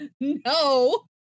No